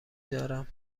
دارم